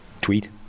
Tweet